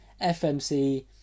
fmc